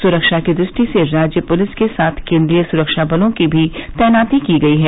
सुरक्षा की दृष्टि से राज्य पुलिस के साथ केन्द्रीय सुरक्षा बलों की भी तैनाती की गयी है